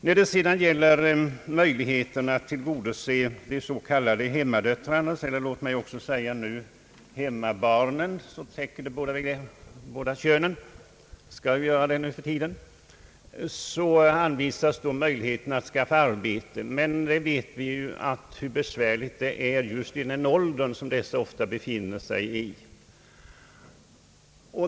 När det sedan gäller möjligheten att tillgodose de s.k. hemmadöttrarna — låt mig nu säga hemmabarnen, så att det täcker båda könen; det skall ju göra det nu för tiden — nämnde herr Larsson möjligheten att de kan skaffa sig arbete eller få förtidspension. Men vi vet ju hur besvärligt det är att få arbete just i den ålder som dessa människor ofta befinner sig i.